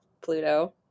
pluto